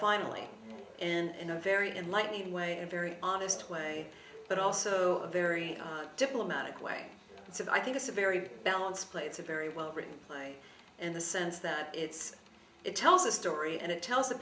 finally and in a very enlightening way in very honest way but also very diplomatic way so i think it's a very balanced play it's a very well written play in the sense that it's it tells a story and it tells the